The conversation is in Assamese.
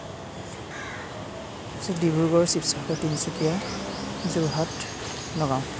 ডিব্ৰুগড় শিৱসাগৰ তিনিচুকীয়া যোৰহাত নগাওঁ